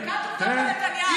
היא עושה בדיקת עובדות לנתניהו.